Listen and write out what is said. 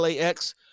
LAX